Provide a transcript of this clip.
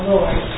Lord